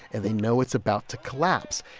and they know it's about to collapse.